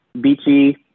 beachy